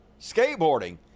skateboarding